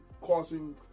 causing